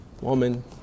Woman